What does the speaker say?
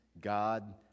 God